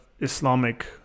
Islamic